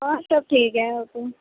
ہاں سب ٹھیک ہے اور تو